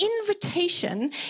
invitation